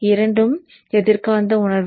இரண்டும் எதிர் காந்த உணர்வு